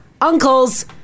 uncles